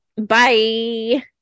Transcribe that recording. bye